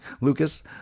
Lucas